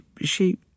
she—